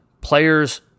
players